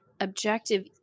objective